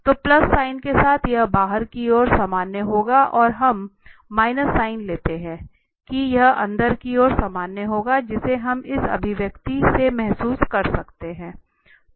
तो plus sign के साथ यह बाहर की ओर सामान्य होगा और हम माइनस साइन लेते हैं कि यह अंदर की ओर सामान्य होगा जिसे हम इस अभिव्यक्ति से महसूस कर सकते हैं